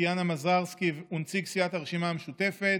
טטיאנה מזרסקי ונציג סיעת הרשימה המשותפת,